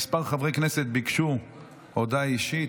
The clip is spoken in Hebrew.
כמה חברי כנסת ביקשו הודעה אישית.